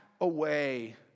away